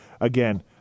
again